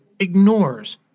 ignores